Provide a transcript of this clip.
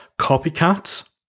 copycats